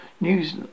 News